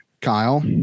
Kyle